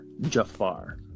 Jafar